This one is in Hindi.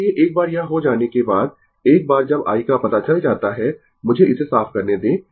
इसलिए एक बार यह हो जाने के बाद एक बार जब i का पता चल जाता है मुझे इसे साफ करने दें